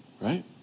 Right